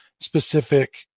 specific